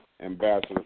ambassador